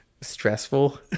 stressful